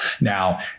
Now